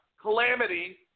calamity